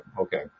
Okay